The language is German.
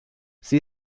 sie